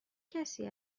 کسی